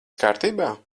kārtībā